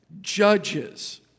Judges